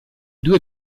due